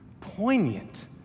poignant